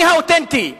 אני האותנטי,